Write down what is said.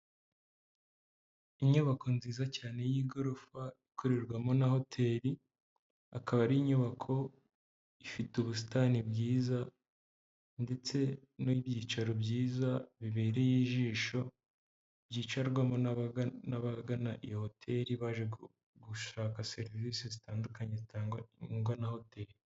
Inyubako nziza cyane y'igorofa ikorerwamo na hoteri, akaba ari inyubako ifite ubusitani bwiza ndetse n'ibyicaro byiza bibereye ijisho byicarwamo n'abagana iyo hoteri baje gushaka serivisi zitandukanye zitangwa na hoteri.